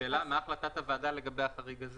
השאלה היא מה החלטת הוועדה לגבי --- תודה.